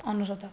ଅନୁରୋଧ